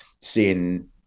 seeing